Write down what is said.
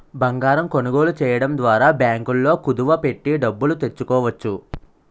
బంగారం కొనుగోలు చేయడం ద్వారా బ్యాంకుల్లో కుదువ పెట్టి డబ్బులు తెచ్చుకోవచ్చు